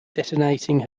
detonating